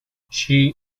she